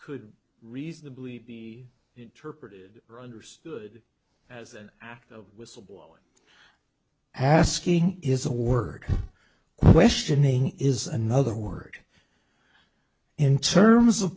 could reasonably be interpreted or understood as an act of whistleblowing asking is a word questioning is another word in terms of